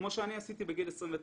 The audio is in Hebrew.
כמו שאני עשיתי בגיל 29